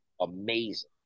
amazing